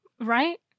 Right